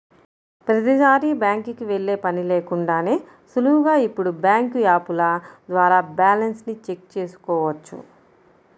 ప్రతీసారీ బ్యాంకుకి వెళ్ళే పని లేకుండానే సులువుగా ఇప్పుడు బ్యాంకు యాపుల ద్వారా బ్యాలెన్స్ ని చెక్ చేసుకోవచ్చు